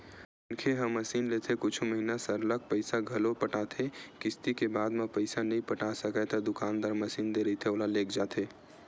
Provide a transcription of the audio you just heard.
मनखे ह मसीनलेथे कुछु महिना सरलग पइसा घलो पटाथे किस्ती के बाद म पइसा नइ पटा सकय ता दुकानदार मसीन दे रहिथे ओला लेग जाथे